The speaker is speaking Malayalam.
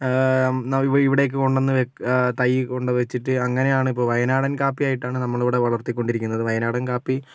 നം ഇവ് ഇവിടെ ഒക്കെ കൊണ്ടു വന്ന് വെക്ക് തൈ കൊണ്ടു വെച്ചിട്ട് അങ്ങനെയാണിപ്പോൾ വയനാടൻ കാപ്പിയായിട്ടാണ് നമ്മളിവിടെ വളർത്തികൊണ്ടിരിക്കുന്നത് വയനാടൻ കാപ്പി